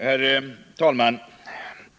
Herr talman!